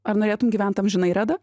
ar norėtum gyvent amžinai reda